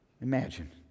Imagine